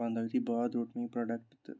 پَنٛداہ یِتھُے بعد روٚٹ مےٚ یہِ پرٛوڈَکٹ تہٕ